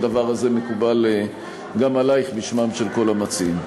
שהדבר הזה מקובל גם עלייך בשמם של כל המציעים.